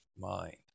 mind